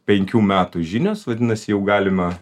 penkių metų žinios vadinasi jau galima